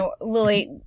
Lily